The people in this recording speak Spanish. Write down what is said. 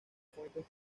fuentes